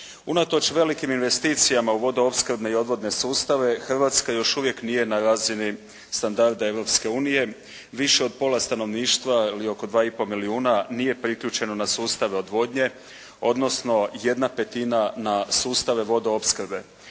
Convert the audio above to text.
Unatoč velikim investicijama u vodoopskrbne i odvodne sustave Hrvatska još uvijek nije na razini standarda Europske unije. Više od pola stanovništva, ili oko 2 i pol milijuna nije priključeno na sustave odvodnje, odnosno jedna petina na sustave vodoopskrbe.